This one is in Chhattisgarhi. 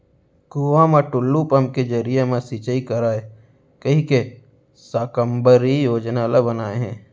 कुँआ म टूल्लू पंप के जरिए म सिंचई करय कहिके साकम्बरी योजना ल बनाए हे